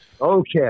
Okay